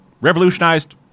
revolutionized